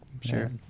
Sure